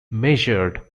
measured